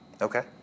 Okay